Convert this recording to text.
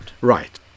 Right